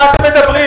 על מה אתם מדברים?